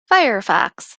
firefox